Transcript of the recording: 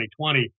2020